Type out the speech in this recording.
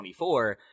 24